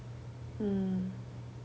mm